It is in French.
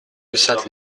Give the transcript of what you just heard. ussat